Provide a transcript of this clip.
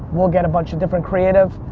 we'll get a bunch of different creative.